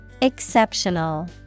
Exceptional